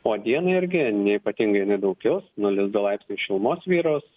o dieną irgi neypatingai nedaug kils nulis du laipsniai šilumos vyraus